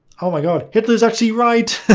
oh my god, hitler's actually right.